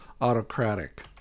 autocratic